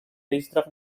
racetrack